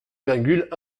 virgule